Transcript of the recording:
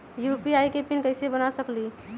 UPI के PIN कैसे बना सकीले?